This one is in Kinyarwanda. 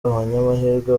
abanyamahirwe